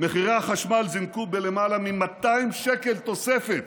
מחירי החשמל זינקו בלמעלה מ-200 שקל תוספת,